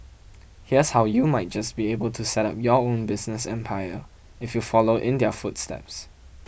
here's how you might just be able to set up your own business empire if you follow in their footsteps